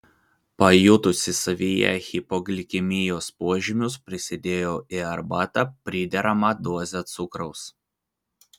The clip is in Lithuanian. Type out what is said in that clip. pajutusi savyje hipoglikemijos požymius prisidėjo į arbatą prideramą dozę cukraus